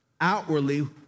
outwardly